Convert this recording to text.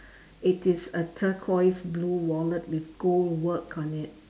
it is a turquoise blue wallet with gold work on it